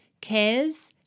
Cares